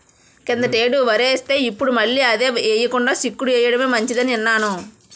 కిందటేడు వరేస్తే, ఇప్పుడు మళ్ళీ అదే ఎయ్యకుండా చిక్కుడు ఎయ్యడమే మంచిదని ఇన్నాను